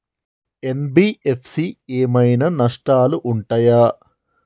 NBFC ఏమైనా నష్టాలు ఉంటయా?